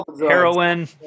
heroin